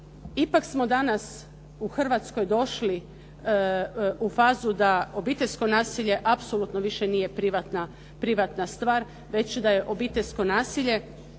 Ipak smo danas u Hrvatskoj došli u fazu da obiteljsko nasilje apsolutno više nije privatna stvar već da je obiteljsko nasilje